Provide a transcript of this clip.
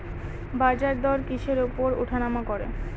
বাজারদর কিসের উপর উঠানামা করে?